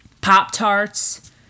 Pop-Tarts